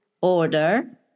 order